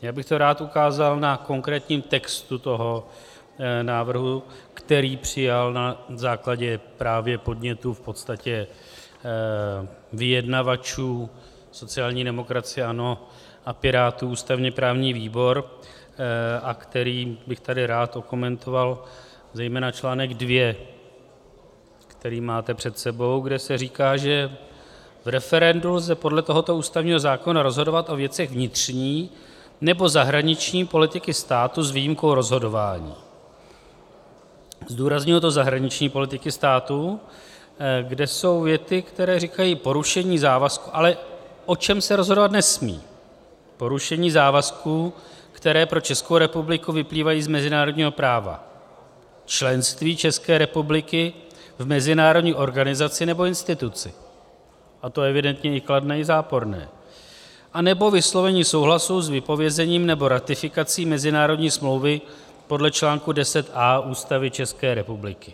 Já bych to rád ukázal na konkrétním textu návrhu, který přijal na základě právě podnětu v podstatě vyjednavačů sociální demokracie, ANO a Pirátů ústavněprávní výbor a který bych tady rád okomentoval, zejména článek 2, který máte před sebou, kde se říká, že v referendu lze podle tohoto ústavního zákona rozhodovat o věcech vnitřní nebo zahraniční politiky státu s výjimkou rozhodování zdůrazňuji to zahraniční politiky státu kde jsou věty, které říkají: porušení závazků ale o čem se rozhodovat nesmí porušení závazků, které pro Českou republiku vyplývají z mezinárodního práva, členství České republiky v mezinárodní organizaci nebo instituci, a to evidentně i kladné i záporné, anebo vyslovení souhlasu s vypovězením nebo ratifikací mezinárodní smlouvy podle článku 10a Ústavy České republiky.